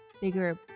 bigger